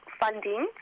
funding